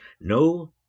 No